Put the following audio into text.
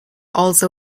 also